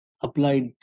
applied